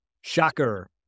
shocker